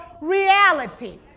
reality